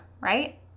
right